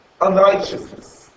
unrighteousness